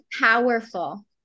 powerful